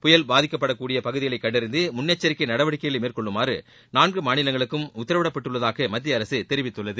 புயல் பாதிக்கக் கூடிய பகுதிகளை கண்டறிந்து முன்னெச்சரிக்கை நடவடிக்கைகளை மேற்கொள்ளுமாறு நான்கு மாநிலங்களுக்கும் உத்தரவிடப்பட்டுள்ளதாக மத்திய அரசு தெரிவித்துள்ளது